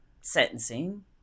sentencing